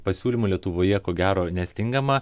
pasiūlymų lietuvoje ko gero nestingama